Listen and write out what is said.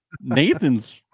Nathan's